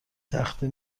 تخته